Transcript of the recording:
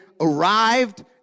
arrived